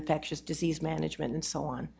infectious disease management and so on